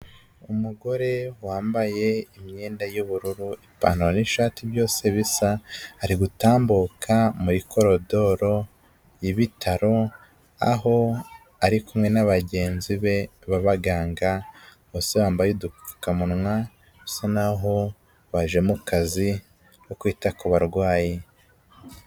Umugore wambaye imyenda y'ubururu, ipantaro n'ishati byose bisa, arigutambuka muri korodoro y'ibitaro, aho ari kumwe n'abagenzi be b'abaganga bose bambaye udupfukamunwa bisa n'aho baje mu kazi ko kwita ku barwayi.